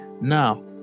now